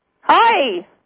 Hi